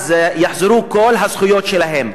אז יחזרו כל הזכויות שלהם.